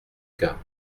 cas